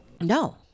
No